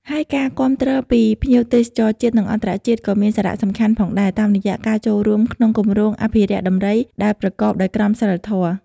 ហើយការគាំទ្រពីភ្ញៀវទេសចរជាតិ និងអន្តរជាតិក៏មានសារៈសំខាន់ផងដែរ តាមរយៈការចូលរួមក្នុងគម្រោងអភិរក្សដំរីដែលប្រកបដោយក្រមសីលធម៌។